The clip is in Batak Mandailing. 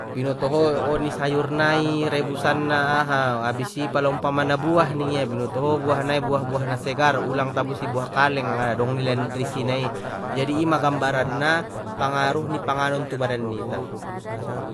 Binoto ho sayur nai rebusanna aha habis i pala umpamana buah ningia binotoho buah nai buah buah na segar ulang tabusi buah kaleng nga dong nilai nutrisina i jadi ima gambaran na pangaruh ni panganon tu badan nita.